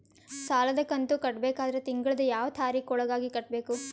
ಸಾಲದ ಕಂತು ಕಟ್ಟಬೇಕಾದರ ತಿಂಗಳದ ಯಾವ ತಾರೀಖ ಒಳಗಾಗಿ ಕಟ್ಟಬೇಕು?